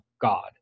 God